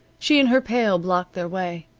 she and her pail blocked their way.